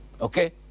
okay